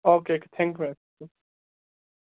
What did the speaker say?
okay thank you